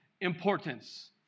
importance